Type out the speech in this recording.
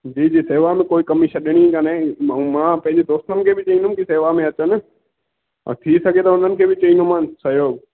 जी जी सेवा में कोई कमी छॾिणी कान्हे मां पंहिंजे दोस्तनि खे बि चईंदमि कि सेवा में अचनि ऐं थी सघे त उन्हनि खे बि चईंदोमानु सहियोगु